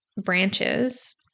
branches